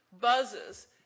buzzes